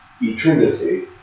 eternity